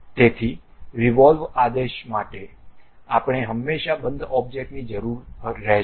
તેથી રીવોલ આદેશો માટે આપણે હંમેશા બંધ ઑબ્જેક્ટ ની જરૂર રહેશે